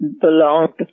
belonged